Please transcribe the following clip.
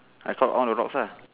I count all the rocks lah